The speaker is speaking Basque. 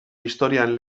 historian